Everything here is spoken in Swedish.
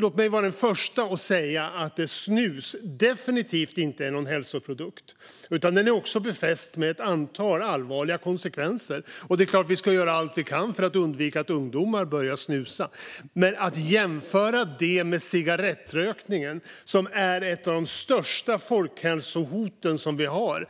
Låt mig vara den förste att säga att snus definitivt inte är någon hälsoprodukt, utan den är befäst med ett antal allvarliga konsekvenser. Det är klart att vi ska göra allt vi kan för att undvika att ungdomar börjar snusa. Men att jämföra det med cigarettrökning, som är ett av de största folkhälsohot vi har